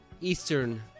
Eastern